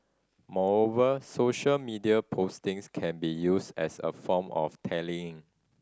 moreover social media postings can be used as a form of tallying